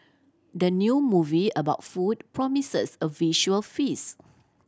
the new movie about food promises a visual feast